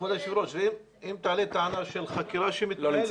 כבוד היושב ראש, אם תעלה טענה של חקירה שמתנהלת,